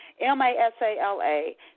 M-A-S-A-L-A